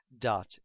dot